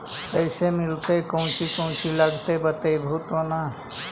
कैसे मिलतय कौची कौची लगतय बतैबहू तो न?